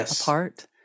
apart